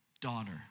Daughter